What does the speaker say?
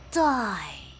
die